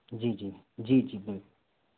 जी जी जी जी